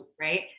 right